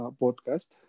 podcast